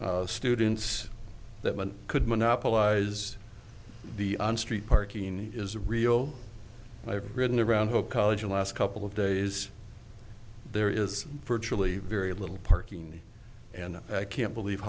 area students that one could monopolize the on street parking is real i've written around her college and last couple of days there is virtually very little parking and i can't believe